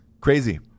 crazy